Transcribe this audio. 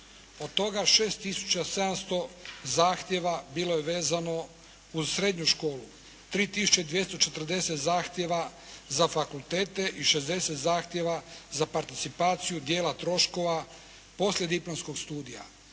Od toga 6 tisuća 700 zahtjeva bilo je vezano uz srednju školu. 3240 zahtjeva za fakultete i 60 zahtjeva za participaciju troškova poslijediplomskog studija.